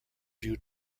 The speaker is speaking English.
due